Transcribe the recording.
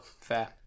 fair